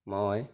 মই